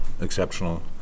exceptional